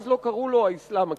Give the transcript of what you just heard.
אז לא קראו לו "האסלאם הקיצוני"